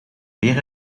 meer